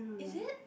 is it